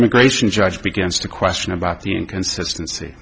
immigration judge begins to question about the inconsistency